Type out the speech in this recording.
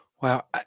Wow